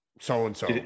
so-and-so